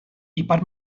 ipar